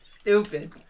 Stupid